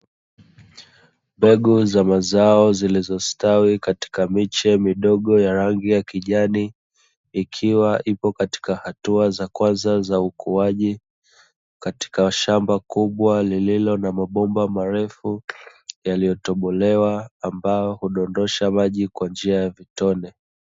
Mbegu za mazao zilizostawi katika miche midogo ya rangi ya kijani, ikiwa ipo katika hatua za kwanza za ukuaji katika shamba kubwa lenye mabomba marefu, yaliyotobolewa ambayo hudondosha maji kwa njia ya vitone.